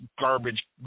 garbage